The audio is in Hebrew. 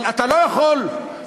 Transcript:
אבל אתה לא יכול לכפות,